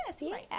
yes